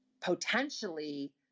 potentially